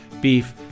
beef